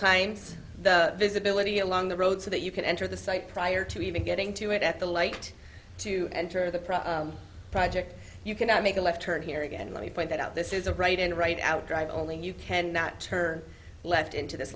times the visibility along the road so that you can enter the site prior to even getting to it at the light to enter the project you cannot make a left turn here again let me point out this is a right and right out drive only you can not turn left into this